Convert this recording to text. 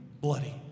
bloody